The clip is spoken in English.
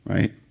Right